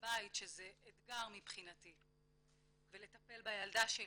מהבית שזה אתגר מבחינתי ולטפל בילדה שלי.